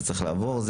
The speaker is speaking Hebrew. הוא צריך לעבור.